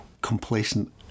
complacent